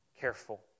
Careful